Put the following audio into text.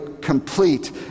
complete